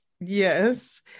Yes